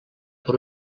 per